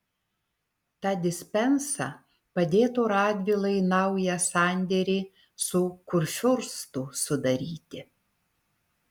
ta dispensa padėtų radvilai naują sandėrį su kurfiurstu sudaryti